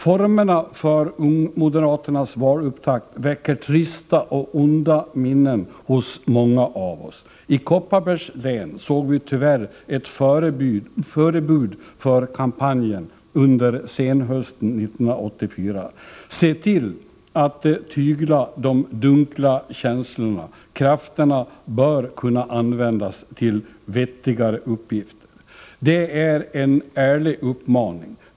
Formerna för moderaternas valupptakt väcker trista och onda minnen hos många av oss. I Kopparbergs län såg vi tyvärr ett förebud om kampanjen under senhösten 1984. Se till att tygla de dunkla känslorna! Krafterna bör kunna användas till vettigare uppgifter. Det är en ärlig uppmaning.